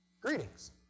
Greetings